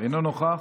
אינו נוכח.